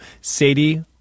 Sadie